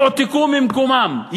יועתקו ממקומם,